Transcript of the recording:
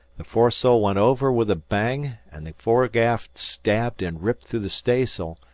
the foresail went over with a bang, and the foregaff stabbed and ripped through the staysail,